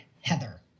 Heather